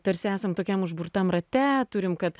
tarsi esam tokiam užburtam rate turim kad